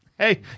Hey